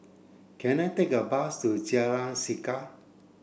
can I take a bus to Jalan Chegar